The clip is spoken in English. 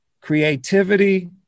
creativity